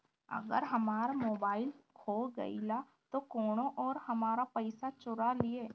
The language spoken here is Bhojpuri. अगर हमार मोबइल खो गईल तो कौनो और हमार पइसा चुरा लेइ?